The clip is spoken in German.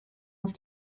auf